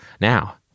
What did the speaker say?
Now